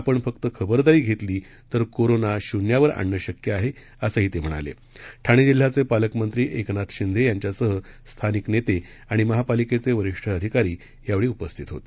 आपणफक्तखबरदारीघेतलीतरकोरोनाश्न्यावरआणणंशक्यआहे असंहीतेम्हणाले ठाणेजिल्ह्याचेपालकमंत्रीएकनाथशिंदेयांच्यासहस्थानिकनेतेआणिमहापालिकेचेवरिष्ठ अधिकारीयावेळीउपस्थितहोते